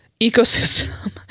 ecosystem